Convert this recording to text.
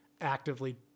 actively